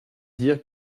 dire